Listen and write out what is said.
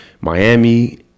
miami